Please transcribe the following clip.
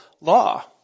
law